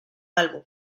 álbum